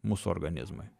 mūsų organizmui